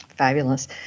Fabulous